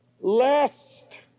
Lest